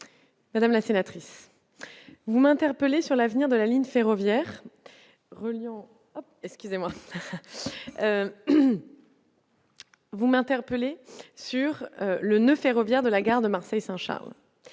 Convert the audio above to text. Madame la sénatrice. Vous m'interpellez sur l'avenir de la ligne ferroviaire reliant moi. Vous m'interpellez sur le noeud ferroviaire de la gare de Marseille Saint-Charles,